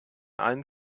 allen